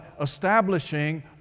establishing